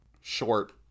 short